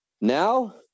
now